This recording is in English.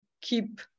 keep